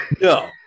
No